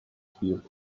field